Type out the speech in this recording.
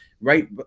right